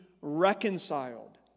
reconciled